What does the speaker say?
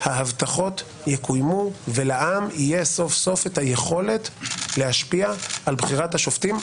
ההבטחות יקוימו ולעם תהיה סוף סוף את היכולת להשפיע על בחירת השופטים,